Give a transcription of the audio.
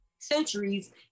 centuries